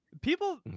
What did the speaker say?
people